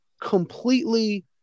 completely